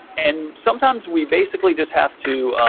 and, sometimes, we basically just have to